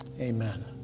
amen